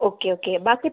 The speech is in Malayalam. ഓക്കെ ഓക്കെ ബാക്കി